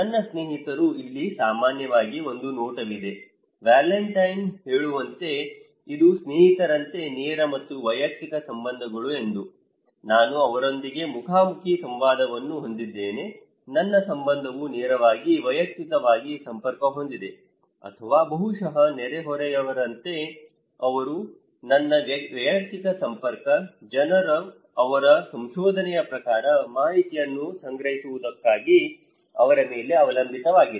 ನನ್ನ ಸ್ನೇಹಿತರು ಇಲ್ಲಿ ಸಾಮಾನ್ಯವಾಗಿ ಒಂದು ನೋಟವಿದೆ ವ್ಯಾಲೆಂಟಿನ್ ಹೇಳುವಂತೆ ಇದು ಸ್ನೇಹಿತರಂತೆ ನೇರ ಮತ್ತು ವೈಯಕ್ತಿಕ ಸಂಬಂಧಗಳು ಎಂದು ನಾನು ಅವರೊಂದಿಗೆ ಮುಖಾಮುಖಿ ಸಂವಾದವನ್ನು ಹೊಂದಿದ್ದೇನೆ ನನ್ನ ಸಂಬಂಧವು ನೇರವಾಗಿ ವೈಯಕ್ತಿಕವಾಗಿ ಸಂಪರ್ಕ ಹೊಂದಿದೆ ಅಥವಾ ಬಹುಶಃ ನೆರೆಹೊರೆಯವರಂತೆ ಅವರು ನನ್ನ ವೈಯಕ್ತಿಕ ಸಂಪರ್ಕ ಜನರು ಅವರ ಸಂಶೋಧನೆಯ ಪ್ರಕಾರ ಮಾಹಿತಿಯನ್ನು ಸಂಗ್ರಹಿಸುವುದಕ್ಕಾಗಿ ಅವರ ಮೇಲೆ ಅವಲಂಬಿತವಾಗಿದೆ